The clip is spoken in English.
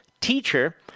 teacher